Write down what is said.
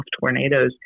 tornadoes